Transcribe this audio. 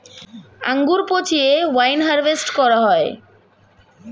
আঙ্গুর পচিয়ে wine harvest করা হয়